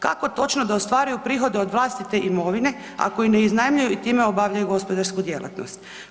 Kako točno da ostvaruju prihode od vlastite imovine ako ih ne iznajmljuju i time obavljaju gospodarsku djelatnost?